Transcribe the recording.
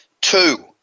Two